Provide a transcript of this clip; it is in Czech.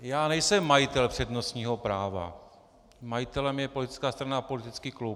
Já nejsem majitel přednostního práva, majitelem je politická strana a politický klub.